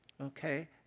okay